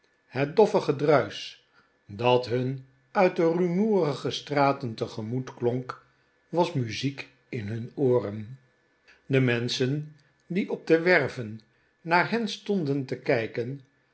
het doffe gedruisch dat hun uit de rumoerige straten tegemoet klonk was muziek in hun ooren de menscheh die op de werven naar hen stonden te kijken